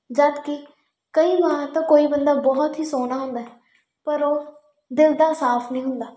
ਜਦੋਂ ਕਿ ਕਈ ਵਾਰ ਤਾਂ ਕੋਈ ਬੰਦਾ ਬਹੁਤ ਹੀ ਸੋਹਣਾ ਹੁੰਦਾ ਹੈ ਪਰ ਉਹ ਦਿਲ ਦਾ ਸਾਫ਼ ਨਹੀਂ ਹੁੰਦਾ